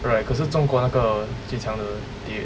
right 可是中国那个最强的 they